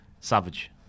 Savage